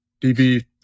DB